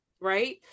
right